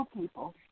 people